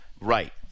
Right